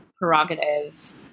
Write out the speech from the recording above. prerogatives